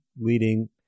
leading